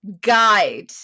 guide